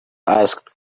asked